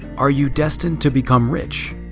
are you destined to become rich?